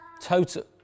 Total